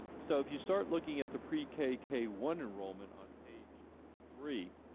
so if you start looking at the pre-k, k k one enrollment on page three